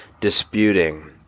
disputing